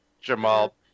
Jamal